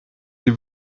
sie